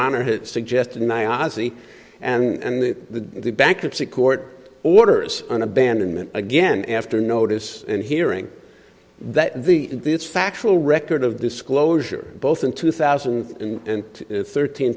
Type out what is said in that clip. honor has suggested and i ozzy and the bankruptcy court orders an abandonment again after notice and hearing that the this factual record of disclosure both in two thousand and thirteen